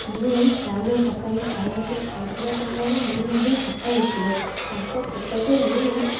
ମୁଁ ଚାଉଳ ପକାଇଥାଏ ଓ ସେ ଖାଉଥିବା ସମୟରେ ମୁଁ ମଧ୍ୟ ଫଟୋ ଉଠାଏ ତାଙ୍କ ଫଟୋକୁ ମୁଁ